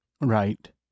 Right